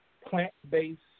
plant-based